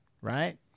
right